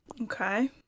Okay